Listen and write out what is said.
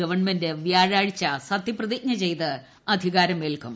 government വ്യാഴാഴ്ച സത്യപ്രതിജ്ഞ ചെയ്ത് അധികാരമേൽക്കും